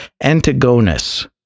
Antigonus